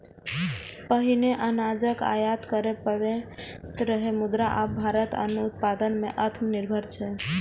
पहिने अनाजक आयात करय पड़ैत रहै, मुदा आब भारत अन्न उत्पादन मे आत्मनिर्भर छै